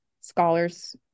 scholars